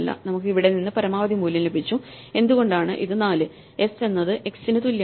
നമുക്ക് ഇവിടെ നിന്ന് പരമാവധി മൂല്യം ലഭിച്ചു എന്തുകൊണ്ടാണ് ഇത് 4 s എന്നത് x ന് തുല്യമാണ്